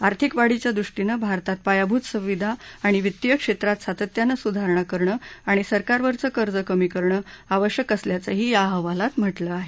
आर्थिक वाढीच्या दृष्टीनं भारतात पायाभूत सुविधा आणि वित्तीय क्षेत्रात सातत्यानं सुधारणा करणं आणि सरकारवरचं कर्ज कमी करणं आवश्यक असल्याचंही या अहवालात म्हटलं आहे